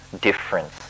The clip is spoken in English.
difference